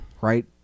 Right